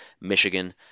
Michigan